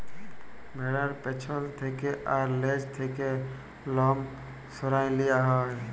ভ্যাড়ার পেছল থ্যাকে আর লেজ থ্যাকে লম সরাঁয় লিয়া হ্যয়